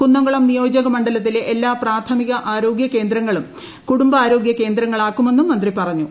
കുന്നംകുളം നിയോജക മണ്ഡലത്തിലെ എല്ലാ പ്രാഥമിക ആരോഗ്യ കേന്ദ്രങ്ങളും കുടുംബാരോഗ്യ കേന്ദ്രങ്ങളാക്കു മെന്നും മന്ത്രി പറഞ്ഞു